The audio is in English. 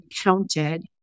counted